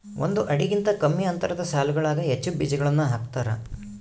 ಒಂದು ಅಡಿಗಿಂತ ಕಮ್ಮಿ ಅಂತರದ ಸಾಲುಗಳಾಗ ಹೆಚ್ಚು ಬೀಜಗಳನ್ನು ಹಾಕ್ತಾರ